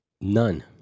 None